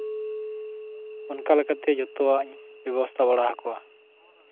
ᱚᱱᱠᱟ ᱞᱮᱠᱟᱛᱮ ᱡᱚᱛᱚᱣᱟᱜ ᱤᱧ ᱵᱮᱵᱚᱥᱛᱷᱟ ᱵᱟᱲᱟᱣᱟᱠᱚᱣᱟ